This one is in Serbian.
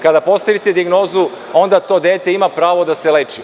Kada postavite dijagnozu, onda to dete ima pravo da se leči.